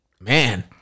Man